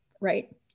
right